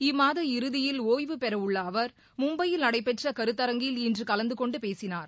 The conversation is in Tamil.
இம்மாத இறுதியில் ஓய்வு பெறவுள்ள அவர் மும்பையில் நடைபெற்ற கருத்தரங்கில் இன்று கலந்து கொண்டு பேசினார்